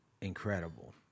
incredible